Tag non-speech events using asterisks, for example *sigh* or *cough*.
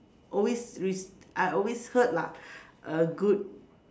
always ris~ I always heard lah *breath* err good